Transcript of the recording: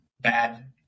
bad